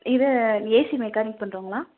இது AC mechanic பண்ணுறவங்களா